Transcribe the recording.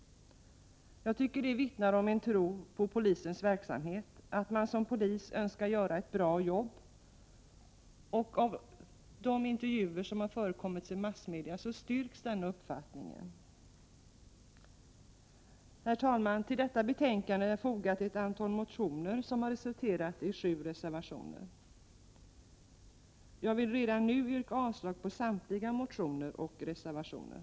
Jag tycker att detta vittnar om en tro på polisens verksamhet och om att poliserna önskar göra ett bra jobb. Detta bestyrks också av intervjuer i massmedia. Herr talman! Till detta betänkande har fogats ett antal motioner som har resulterat i sju reservationer. Jag vill redan nu yrka avslag på samtliga motioner och reservationer.